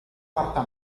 quarta